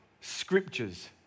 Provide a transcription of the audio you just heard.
Scriptures